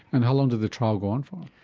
and how long did the trial go on for?